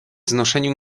znoszeniu